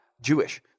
Jewish